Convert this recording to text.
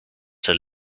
zijn